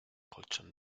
colchón